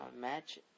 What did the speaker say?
Match